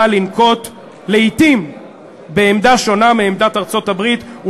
לנקוט לעתים עמדה שונה מעמדת ארצות-הברית,